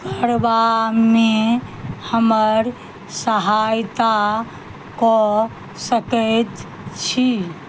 करबामे हमर सहायता कऽ सकैत छी